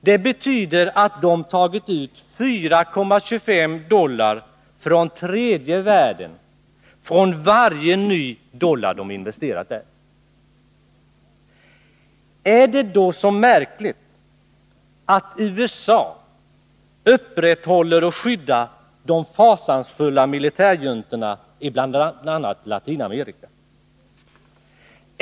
Det betyder att de tagit ut 4,25 dollar från tredje världen för varje ny dollar de investerat där. Är det då så märkligt att USA upprätthåller och skyddar de fasansfulla militärjuntorna i bl.a. Latinamerika?